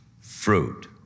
fruit